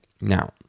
Now